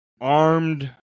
Armed